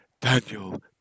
daniel